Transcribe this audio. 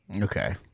Okay